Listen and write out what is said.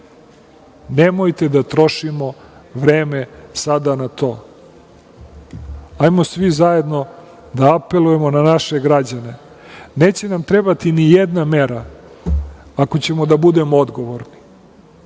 nemojte da trošimo vreme sada na to. Hajdemo svi zajedno da apelujemo na naše građane, neće nam trebati ni jedna mera ako ćemo da budemo odgovorni,